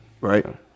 Right